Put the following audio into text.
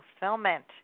fulfillment